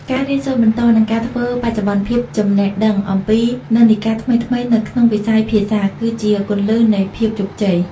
ការរៀនសូត្របន្ត និងការធ្វើបច្ចុប្បន្នភាពចំណេះដឹងអំពីនិន្នាការថ្មីៗនៅក្នុងវិស័យភាសា គឺជាគន្លឹះនៃភាពជោគជ័យ។